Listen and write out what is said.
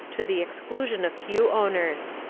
to the exclusion of pew owners.